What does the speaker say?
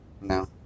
No